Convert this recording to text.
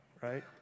right